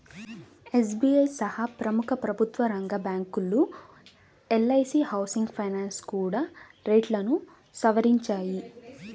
SBI సహా ప్రముఖ ప్రభుత్వరంగ బ్యాంకులు, ఎల్.ఐ.సీ హౌసింగ్ ఫైనాన్స్ కూడా రేట్లను సవరించాయి